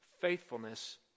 Faithfulness